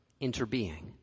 interbeing